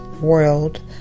world